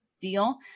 deal